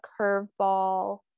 curveball